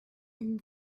and